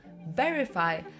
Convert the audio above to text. verify